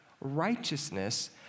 righteousness